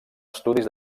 estudis